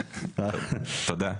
תודה.